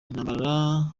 intambara